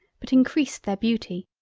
but increased their beauty.